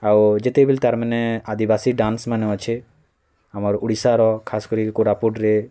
ଆଉ ଯେତେବେଲେ ତା'ର୍ ମାନେ ଆଦିବାସୀ ଡ଼୍ୟାନ୍ସମାନେ ଅଛେ ଆମର୍ ଓଡ଼ିଶାର ଖାସ୍ କରି କୋରାପୁଟ୍ରେ